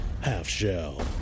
half-shell